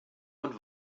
und